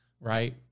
right